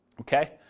Okay